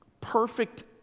perfect